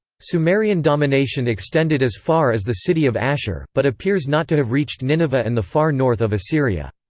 sumerian domination extended as far as the city of ashur, but appears not to have reached nineveh and the far north of assyria.